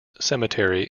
cemetery